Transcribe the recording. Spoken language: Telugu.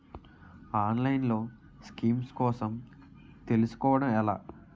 ఆన్లైన్లో స్కీమ్స్ కోసం తెలుసుకోవడం ఎలా?